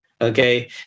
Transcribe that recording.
Okay